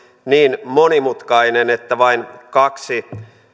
niin monimutkainen että vain kaksi